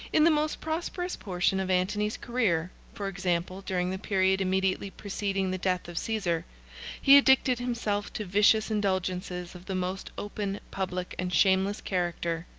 in the most prosperous portion of antony's career for example, during the period immediately preceding the death of caesar he addicted himself to vicious indulgences of the most open, public, and shameless character.